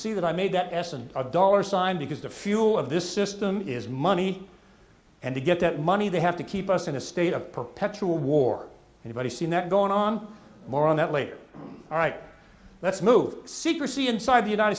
see that i made that s and a dollar sign because the fuel of this system is money and to get that money they have to keep us in a state of perpetual war anybody seen that going on more on that later all right let's move secrecy inside the united